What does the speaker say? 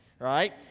right